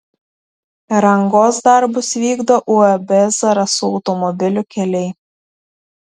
rangos darbus vykdo uab zarasų automobilių keliai